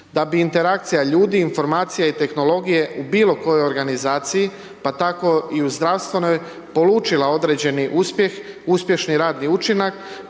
Da bi interakcija ljudi, informacija i tehnologije u bilo kojoj organizaciji pa tako i u zdravstvenoj polučila određeni uspjeh, uspješni radni učinak